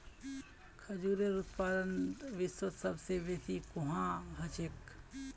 खजूरेर उत्पादन विश्वत सबस बेसी कुहाँ ह छेक